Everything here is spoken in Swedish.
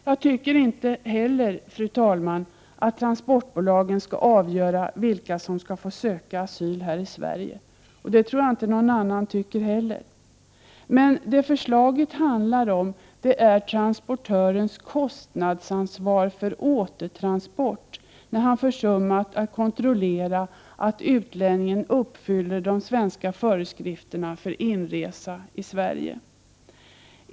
Jag tycker inte heller, fru talman, att transportbolagen skall avgöra vilka som skall få söka asyl här i Sverige. Det tror jag inte att någon annan tycker heller. Det handlar om transportörens kostnadsansvar för återtransport när han försummat att kontrollera att utlänningen uppfyller de svenska föreskrifterna för inresa i Sverige.